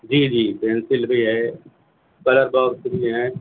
جی جی پینسل بھی ہے کلر باکس بھی ہیں